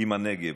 עם הנגב.